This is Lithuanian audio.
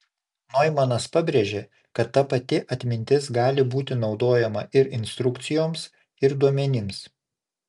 noimanas pabrėžė kad ta pati atmintis gali būti naudojama ir instrukcijoms ir duomenims